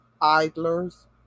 idlers